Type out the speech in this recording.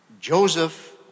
Joseph